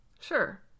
sure